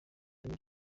ireme